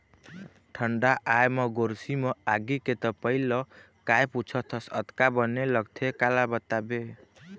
ठंड आय म गोरसी म आगी के तपई ल काय पुछत हस अतका बने लगथे काला बताबे